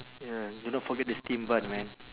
ya you don't forget the steam bun man